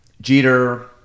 Jeter